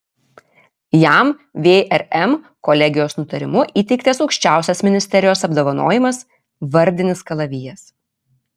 jam vrm kolegijos nutarimu įteiktas aukščiausias ministerijos apdovanojimas vardinis kalavijas